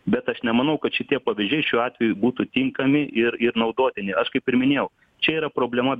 bet aš nemanau kad šitie pavyzdžiai šiuo atveju būtų tinkami ir ir naudotini aš kaip ir minėjau čia yra problema